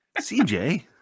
CJ